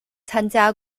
参加